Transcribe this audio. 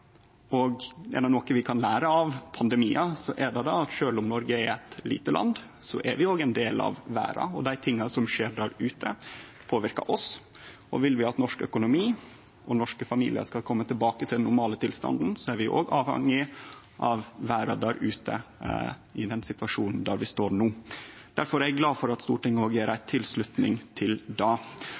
og pandemiar. Dette er ein pandemi som råkar Noreg hardt, men resten av verda er ikkje skjerma for den pandemien. Er det noko vi kan lære av pandemiar, så er det at sjølv om Noreg er eit lite land, er vi òg ein del av verda, og det som skjer der ute, påverkar oss. Vil vi at norsk økonomi og norske familiar skal kome tilbake til den normale tilstanden, er vi avhengige av verda der ute i den situasjonen vi står i no. Difor er eg glad for at Stortinget gjev tilslutning til